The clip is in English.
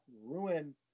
ruin